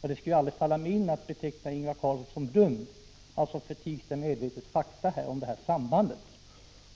Det skulle aldrig falla mig in att beteckna Ingvar Carlsson som dum. Alltså förtigs det medvetet fakta om detta samband.